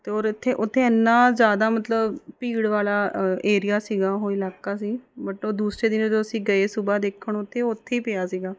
ਅਤੇ ਔਰ ਇੱਥੇ ਉੱਥੇ ਇੰਨਾ ਜ਼ਿਆਦਾ ਮਤਲਬ ਭੀੜ ਵਾਲਾ ਏਰੀਆ ਸੀ ਉਹ ਇਲਾਕਾ ਸੀ ਬਟ ਉਹ ਦੂਸਰੇ ਦਿਨ ਜਦੋਂ ਅਸੀਂ ਗਏ ਸੁਬਾਹ ਦੇਖਣ ਉੱਥੇ ਉਹ ਉੱਥੇ ਹੀ ਪਿਆ ਸੀ